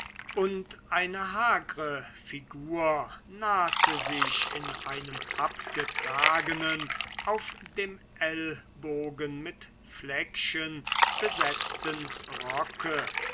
und eine hagre figur nahte sich in einem abgetragenen auf dem ellbogen mit fleckchen besetzten rocke